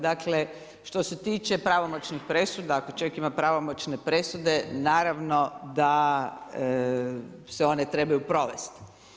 Dakle, što se tiče pravomoćnih presuda, ako čovjek ima pravomoćne presude naravno da se one trebaju provesti.